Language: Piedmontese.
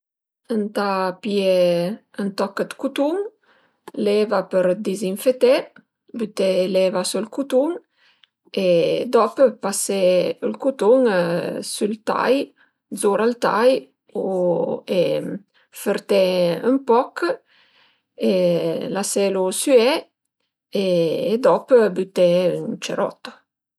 Ëntà pìé ën toch 'd cutun, l'eva për disinfëté, büté l'eva s'ël cutun e dop pasé ël cutun s'ël tai, zura ël tai o e fërté ën poch e laselu süé e dop büté ün cerotto